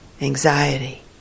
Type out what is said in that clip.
anxiety